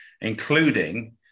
including